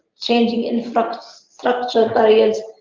changing infrastructure barriers,